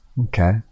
Okay